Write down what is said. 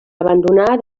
abandonar